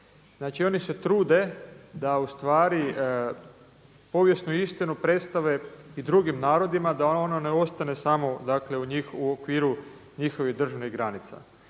Znači oni se trude da povijesnu istinu predstave i drugim narodima, da ona ne ostane samo u okviru njihovih državnih granica.